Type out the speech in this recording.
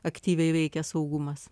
aktyviai veikia saugumas